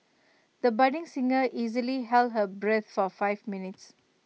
the budding singer easily held her breath for five minutes